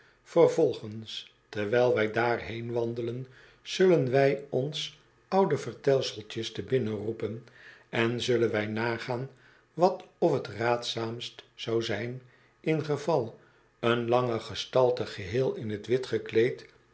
vervolgens terwijl wij daar heenwandelen zullen wy ons oude vertelseltjes te binnen roepen en zullen wij nagaan wat of t raadzaamst zou zijn ingeval een lange gestalte geheel in t wit gekleed